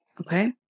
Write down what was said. Okay